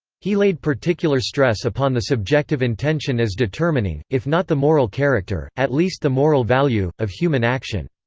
he laid particular stress upon the subjective intention as determining, if not the moral character, at least the moral value, of human action.